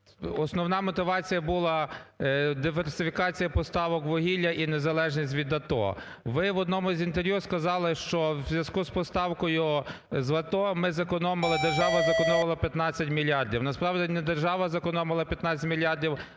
основна мотивація була – диверсифікація поставок вугілля і незалежність від АТО. Ви в одному з інтерв'ю сказали, що в зв’язку з поставкою з АТО, ми зекономили, держава